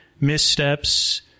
missteps